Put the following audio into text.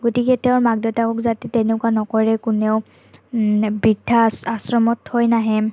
গতিকে তেওঁৰ মাক দেউতাকক যাতে তেনেকুৱা নকৰে কোনেও বৃদ্ধা আশ্ৰমত থৈ নাহে